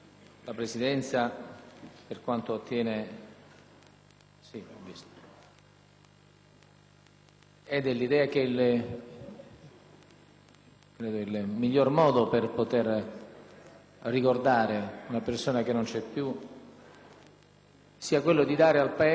dell'idea che il miglior modo per ricordare una persona che non c'è più sia quello di dare al Paese l'immagine di un Parlamento che comunque si assume delle responsabilità,